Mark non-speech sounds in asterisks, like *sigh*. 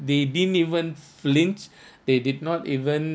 they didn't even flinch *breath* they did not even